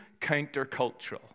countercultural